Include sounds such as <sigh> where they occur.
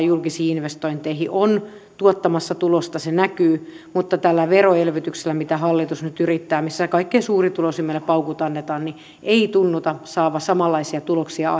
<unintelligible> julkisiin investointeihin on tuottamassa tulosta se näkyy mutta tällä veroelvytyksellä mitä hallitus nyt yrittää missä kaikkein suurituloisimmille paukut annetaan ei tunnuta saavan samanlaisia tuloksia <unintelligible>